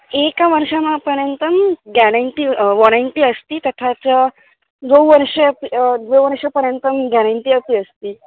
एकवर्षं पर्यन्तं guarantee warranty अस्ति तथा च द्वौ वर्षौ द्वौ वर्षपर्यन्तं गेरण्टि अपि अस्ति